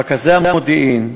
רכזי המודיעין,